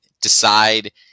decide